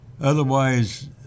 Otherwise